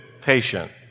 patient